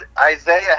Isaiah